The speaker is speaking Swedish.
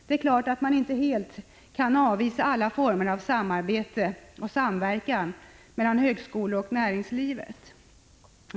Det är klart att man inte helt kan avvisa alla former av samarbete och samverkan mellan högskolor och näringsliv.